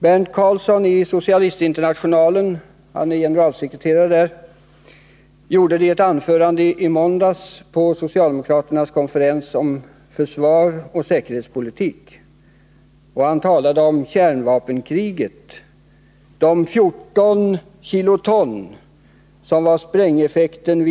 Berndt Carlsson, Socialistinternationalens generalsekreterare, gjorde det i ett anförande i måndags på socialdemokraternas konferens om försvar och säkerhetspolitik. Han talade om kärnvapenkriget: Sprängeffekten vid Hiroshima var 14 kiloton.